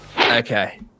Okay